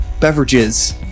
Beverages